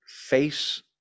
face